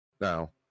Now